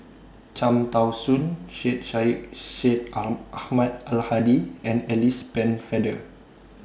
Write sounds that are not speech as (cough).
Cham Tao Soon Sheikh Syed Sheikh (unintelligible) Ahmad Al Hadi and Alice Pennefather